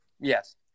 Yes